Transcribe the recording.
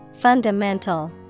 Fundamental